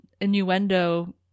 innuendo